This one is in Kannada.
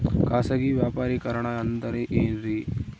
ಖಾಸಗಿ ವ್ಯಾಪಾರಿಕರಣ ಅಂದರೆ ಏನ್ರಿ?